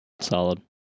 Solid